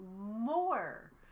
more